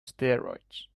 steroids